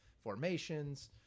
formations